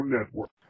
Network